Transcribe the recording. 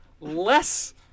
less